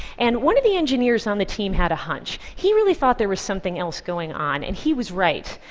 and one of the engineers on the team had a hunch. he really thought there was something else going on and he was right,